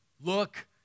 look